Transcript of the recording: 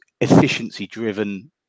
efficiency-driven